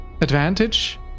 advantage